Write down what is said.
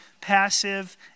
passive